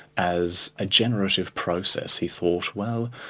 as a generative process. he thought, well,